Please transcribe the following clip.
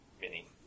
Mini